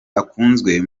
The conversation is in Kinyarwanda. akunzwe